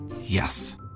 Yes